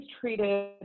treated